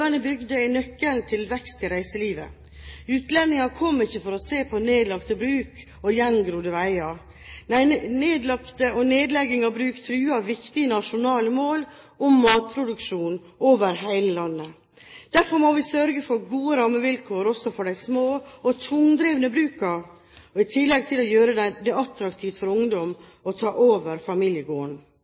bygder er nøkkelen til vekst i reiselivet. Utlendinger kommer ikke for å se på nedlagte bruk og gjengrodde veier. Nedlegging av bruk truer viktige nasjonale mål om matproduksjon over hele landet. Derfor må vi sørge for gode rammevilkår også for de små og tungdrevne brukene, i tillegg til å gjøre det attraktivt for ungdom å ta over